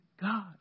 God